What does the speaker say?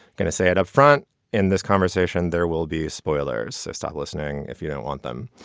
gonna say it up front in this conversation. there will be spoilers. stop listening. if you don't want them